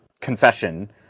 confession